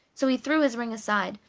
so he threw his ring aside,